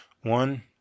One